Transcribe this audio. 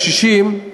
הקשישים,